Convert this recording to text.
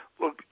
Look